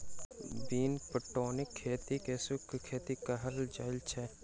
बिन पटौनीक खेती के शुष्क खेती कहल जाइत छै